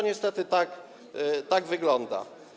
Niestety tak to wygląda.